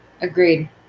Agreed